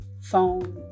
phone